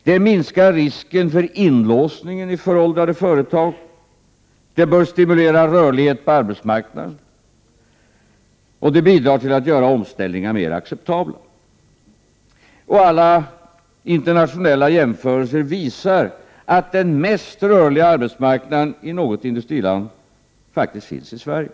Det minskar risken för inlåsning i föråldrade företag, det bör stimulera rörlighet på arbetsmarknaden och bidrar till att göra omställningar mer acceptabla. Alla internationella jämförelser visar att den mest rörliga arbetsmarknaden i något industriland faktiskt finns i Sverige.